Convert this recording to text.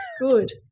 good